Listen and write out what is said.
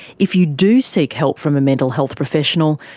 if you do seek help from a mental health professional,